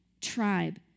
tribe